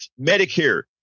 Medicare